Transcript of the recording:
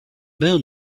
moon